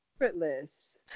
effortless